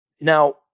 now